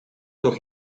toch